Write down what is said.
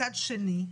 מצד שני,